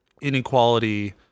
inequality